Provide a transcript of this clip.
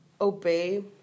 obey